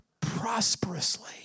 prosperously